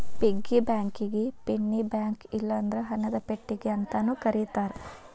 piggy ಬ್ಯಾಂಕಿಗಿ ಪಿನ್ನಿ bank ಇಲ್ಲಂದ್ರ ಹಣದ ಪೆಟ್ಟಿಗಿ ಅಂತಾನೂ ಕರೇತಾರ